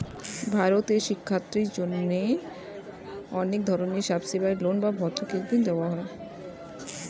ভারতে শিক্ষার্থীদের জন্য অনেক ধরনের সাবসিডাইসড লোন বা ভর্তুকিযুক্ত ঋণ দেওয়া হয়